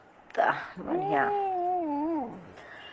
बढ़िआँ